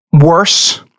worse